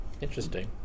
Interesting